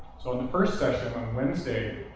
so in the first session on wednesday,